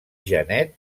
genet